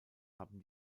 haben